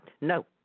No